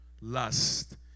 Lust